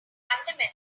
fundamental